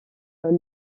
fait